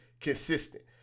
consistent